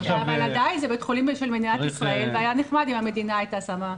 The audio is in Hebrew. אבל עדיין זה בית חולים של מדינת ישראל והיה נחמד אם המדינה הייתה שמה,